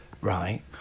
right